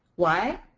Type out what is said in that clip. why?